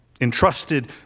entrusted